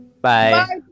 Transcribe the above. Bye